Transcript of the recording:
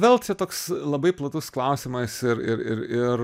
vėl čia toks labai platus klausimas ir ir ir ir